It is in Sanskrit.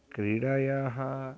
क्रीडायाः